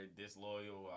disloyal